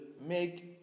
make